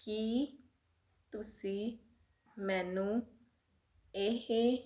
ਕੀ ਤੁਸੀਂ ਮੈਨੂੰ ਇਹ